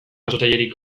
jasotzailerik